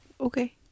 Okay